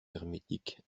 hermétiques